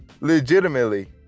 Legitimately